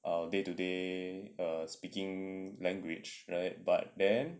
a day to day speaking language right but then